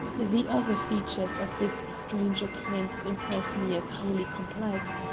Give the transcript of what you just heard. the other features of this strange occurrence impress me as highly complex,